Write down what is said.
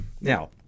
Now